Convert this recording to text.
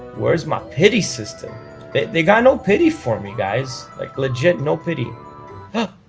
where's my pity system they got no pity for me guys like legit no pity huh